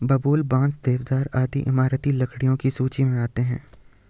बबूल, बांस, देवदार आदि इमारती लकड़ियों की सूची मे आती है